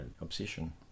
obsession